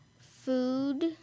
Food